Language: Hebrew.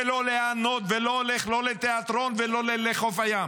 ולא ליהנות, ולא הולך לא לתיאטרון ולא לחוף הים.